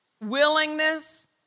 willingness